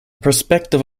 perspective